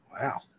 Wow